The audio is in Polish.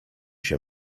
się